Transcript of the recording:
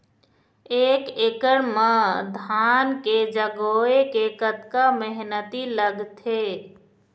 एक एकड़ म धान के जगोए के कतका मेहनती लगथे?